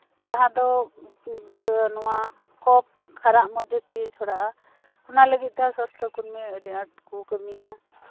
ᱡᱟᱦᱟᱸ ᱫᱚ ᱱᱚᱶᱟ ᱠᱚᱯᱷ ᱠᱷᱟᱨᱟᱜ ᱢᱚᱫᱽᱫᱷᱮ ᱫᱤᱭᱮ ᱪᱷᱚᱲᱟᱜᱼᱟ ᱚᱱᱟ ᱞᱟᱹᱜᱤᱫ ᱛᱮᱦᱚᱸ ᱥᱟᱥᱛᱷᱚ ᱠᱚᱨᱢᱤ ᱟᱹᱰᱤ ᱟᱸᱴ ᱠᱚ ᱠᱟᱹᱢᱤᱭᱟ